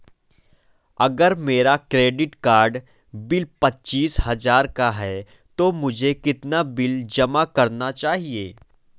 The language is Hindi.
अगर मेरा क्रेडिट कार्ड बिल पच्चीस हजार का है तो मुझे कितना बिल जमा करना चाहिए?